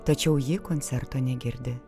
tačiau ji koncerto negirdi